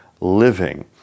living